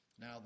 Now